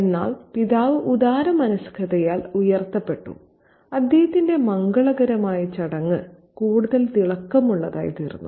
എന്നാൽ പിതാവ് ഉദാരമനസ്കതയാൽ ഉയർത്തപ്പെട്ടു അദ്ദേഹത്തിന്റെ മംഗളകരമായ ചടങ്ങ് കൂടുതൽ തിളക്കമുള്ളതായിത്തീർന്നു